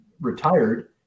retired